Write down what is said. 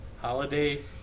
holiday